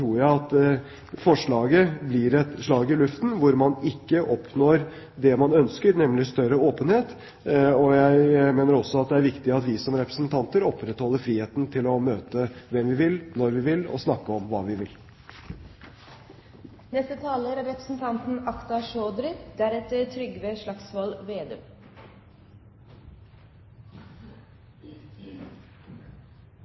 jeg at forslaget blir et slag i luften, hvor man ikke oppnår det man ønsker, nemlig større åpenhet. Jeg tror også det er viktig at vi som representanter opprettholder friheten til å møte hvem vi vil, når vi vil, og til å snakke om hva vi vil. Åpen påvirkning er